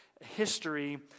history